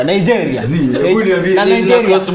Nigeria